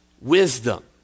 wisdom